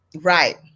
right